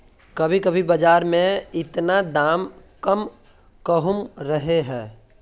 कभी कभी बाजार में इतना दाम कम कहुम रहे है?